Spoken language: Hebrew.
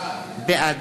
בעד